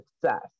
success